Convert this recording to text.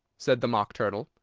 said the mock turtle.